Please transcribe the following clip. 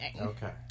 Okay